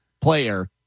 player